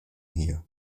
here